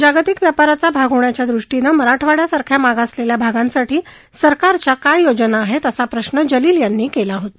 जागतिक व्यापाराचा भाग होण्याच्या दृष्टीनं मराठवाङ्यासारख्या मागासलेल्या भागांसाठी सरकारच्या काय योजना आहेत असा प्रश्नही जलील यांनी केला होता